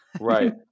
Right